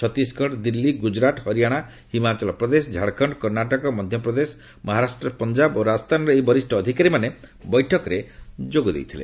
ଛତିଶଗଡ ଦିଲ୍ଲୀ ଗୁଜରାଟ ହରିୟାଣା ହିମାଚଳ ପ୍ରଦେଶ ଝାଡଖଣ୍ଡ କର୍ଣ୍ଣାଟକ ମଧ୍ୟପ୍ରଦେଶ ମହାରାଷ୍ଟ୍ରପଞ୍ଜାବ ଓ ରାଜସ୍ଥାନର ଏହି ବରିଷ୍ଣ ଅଧିକାରୀମାନେ ବୈଠକରେ ଯୋଗଦେଇଥିଲେ